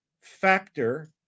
factor